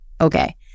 okay